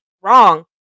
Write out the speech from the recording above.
Wrong